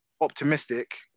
optimistic